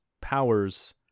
powers